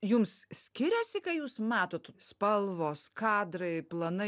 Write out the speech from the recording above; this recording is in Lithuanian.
jums skiriasi ką jūs matot spalvos kadrai planai